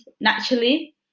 naturally